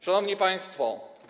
Szanowni państwo!